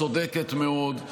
צודקת מאוד,